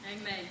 Amen